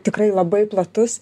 tikrai labai platus